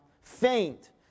faint